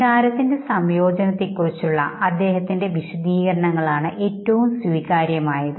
വികാരങ്ങളുടെ സംയോജനത്തെ കുറിച്ചുള്ള അദ്ദേഹത്തിൻറെ വിശദീകരണങ്ങളാണ് ഏറ്റവും സ്വീകാര്യമായത്